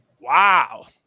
Wow